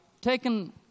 taken